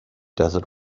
desert